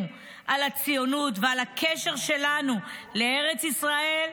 על הציונות ועל הקשר שלנו לארץ ישראל,